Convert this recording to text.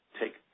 take